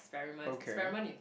okay